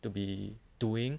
to be doing